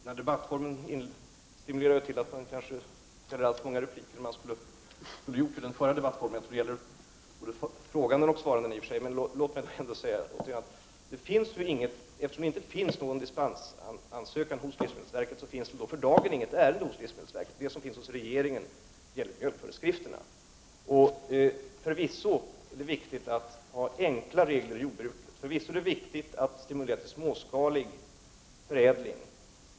Herr talman! Den nya debattformen stimulerar till att man kanske begär fler repliker än man gjorde enligt den gamla debattformen. Det gäller i och för sig både frågandet och svarandet. Låt mig ändå säga, att eftersom det inte finns någon dispensansökan hos livsmedelsverket, finns det för dagen inget ärende hos livsmedelsverket. Det som finns hos regeringen gäller mjölkföreskrifterna. Förvisso är det viktigt att ha enkla regler för jordbruket. Förvisso är det viktigt att stimulera till småskalig förädling.